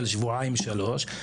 של שבועיים-שלושה,